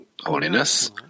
holiness